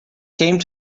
came